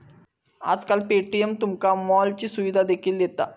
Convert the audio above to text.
आजकाल पे.टी.एम तुमका मॉलची सुविधा देखील दिता